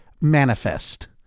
manifest